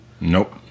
Nope